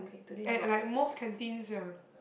and at like most canteens ya